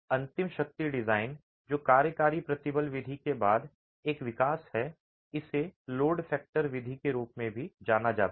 अंतिम शक्ति डिजाइन जो कार्यकारी प्रतिबल विधि के बाद एक विकास है इसे लोड फैक्टर विधि के रूप में भी जाना जाता है